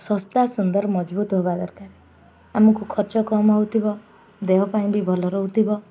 ଶସ୍ତା ସୁନ୍ଦର ମଜବୁତ୍ ହବା ଦରକାରେ ଆମକୁ ଖର୍ଚ୍ଚ କମ୍ ହଉଥିବ ଦେହ ପାଇଁ ବି ଭଲ ରହୁଥିବ